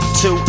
two